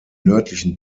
nördlichen